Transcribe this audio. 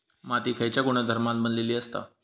माती खयच्या गुणधर्मान बनलेली असता?